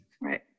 Right